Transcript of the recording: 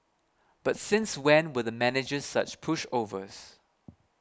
but since when were the managers such pushovers